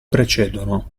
precedono